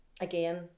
again